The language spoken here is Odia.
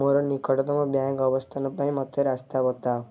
ମୋର ନିକଟତମ ବ୍ୟାଙ୍କ୍ ଅବସ୍ଥାନ ପାଇଁ ମୋତେ ରାସ୍ତା ବତାଅ